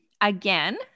again